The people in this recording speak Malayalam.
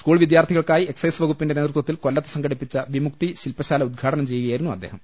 സ്കൂൾ വിദ്യാർത്ഥികൾക്കായി എക്സൈസ് വകുപ്പിന്റെ നേതൃത്വത്തിൽ കൊല്ലത്ത് സംഘടിപ്പിച്ച വിമുക്തി ശില്പശാല ഉദ്ഘാടനം ചെയ്യുകയായിരുന്നു അദ്ദേഹം